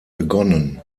begonnen